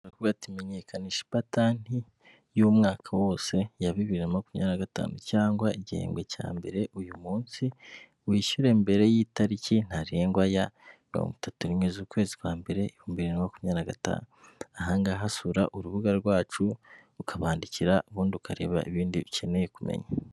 Ati menyekanisha ipatanti y'umwaka wose wa bibiri na makumyabiri na gatanu cyangwa igihembwe cya mbere, uyu munsi wishyure mbere y'itariki ntarengwa ya mirongo itatu rimwe z'ukwezi kwa mbere bibiri na makumyabirigatanu ahangaha wasura urubuga rwacu ukabandikira ubundi ukareba ibindi ukeneye kumenya.